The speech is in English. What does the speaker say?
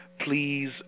please